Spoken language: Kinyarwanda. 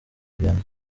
vianney